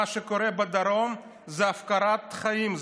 מה שקורה בדרום זה הפקרת חיים,